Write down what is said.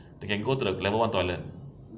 they can go to the level one toilet